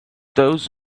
those